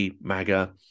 maga